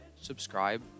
subscribe